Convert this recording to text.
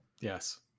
Yes